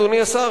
אדוני השר,